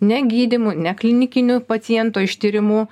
ne gydymu ne klinikiniu paciento ištyrimu